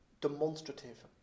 demonstrative